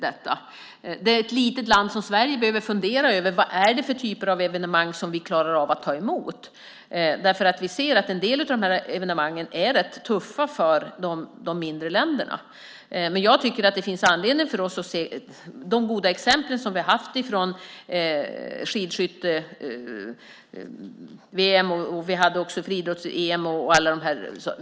Det som ett litet land som Sverige behöver fundera över är vilka typer av evenemang vi klarar av att ta emot. Vi ser att en del av de här evenemangen är rätt tuffa för de mindre länderna. Jag tycker att det finns anledning för oss att se de goda exempel som vi har från skidskytte-VM, friidrotts-EM och annat sådant.